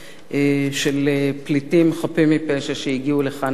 של פליטים חפים מפשע שהגיעו לכאן לישראל.